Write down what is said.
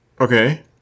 Okay